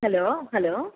hello hello